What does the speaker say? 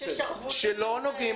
אולי ייקבע שלא נוגעים